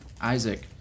Isaac